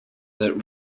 that